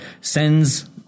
sends